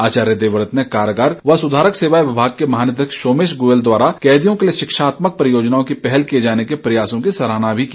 आचार्य देवव्रत ने कारागार व सुधारक सेवाएं विभाग के महानिदेशक सोमेश गोयल द्वारा कैदियों के लिए शिक्षात्मक परियोजनाओं की पहल किए जाने के प्रयासों की सराहना भी की